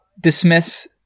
dismiss